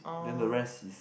then the rest is